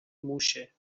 موشه